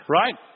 right